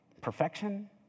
Perfection